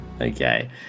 Okay